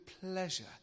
pleasure